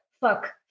fuck